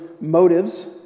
motives